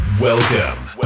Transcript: Welcome